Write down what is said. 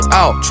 out